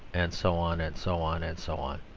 and so on, and so on, and so on.